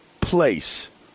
place